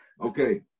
Okay